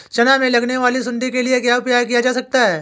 चना में लगने वाली सुंडी के लिए क्या उपाय किया जा सकता है?